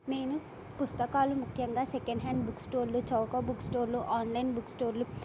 నేను పుస్తకాలు ముఖ్యంగా సెకండ్ హ్యాండ్ బుక్ స్టోర్లు చౌక బుక్ స్టోర్లు ఆన్లైన్ బుక్ స్టోర్లు